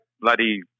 bloody